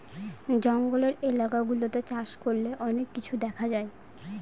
জঙ্গলের এলাকা গুলাতে চাষ করলে অনেক কিছু দেখা যায়